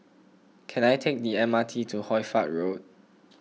can I take the M R T to Hoy Fatt Road